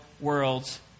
worlds